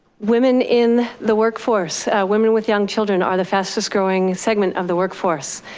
women in the workforce, women with young children are the fastest growing segment of the workforce.